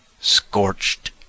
Scorched